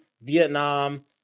Vietnam